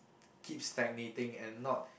keep stagnating and not